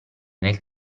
nel